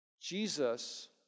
Jesus